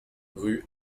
rue